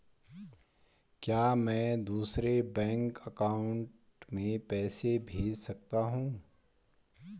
क्या मैं दूसरे बैंक अकाउंट में पैसे भेज सकता हूँ?